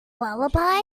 lullaby